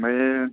ओमफायो